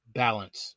balance